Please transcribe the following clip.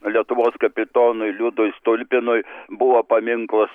lietuvos kapitonui liudui stulpinui buvo paminklas